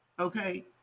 Okay